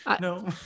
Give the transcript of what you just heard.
no